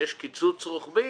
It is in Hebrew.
כשיש קיצוץ רוחבי,